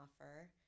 offer